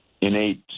innate